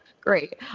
Great